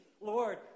Lord